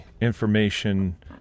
information